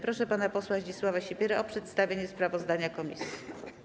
Proszę pana posła Zdzisława Sipierę o przedstawienie sprawozdania komisji.